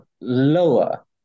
lower